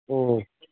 ꯑꯣ